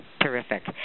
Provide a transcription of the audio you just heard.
Terrific